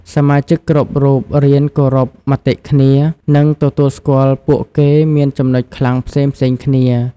សមាជិកគ្រប់រូបរៀនគោរពមតិគ្នា និងទទួលស្គាល់ពួកគេមានចំណុចខ្លាំងផ្សេងៗគ្នា។